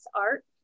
art